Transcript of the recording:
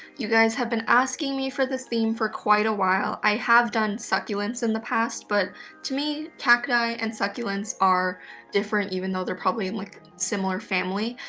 you guys have been asking me for this theme for quite a while. i have done succulents in the past, but to me, cacti and succulents are different, even though they're probably in a like similar family.